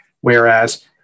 Whereas